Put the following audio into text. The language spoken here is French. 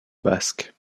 basque